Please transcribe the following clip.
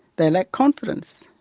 they lack confidence,